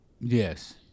Yes